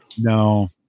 no